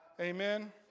Amen